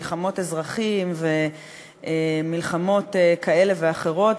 מלחמות אזרחים ומלחמות כאלה ואחרות,